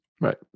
right